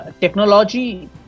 Technology